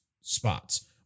spots